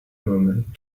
moment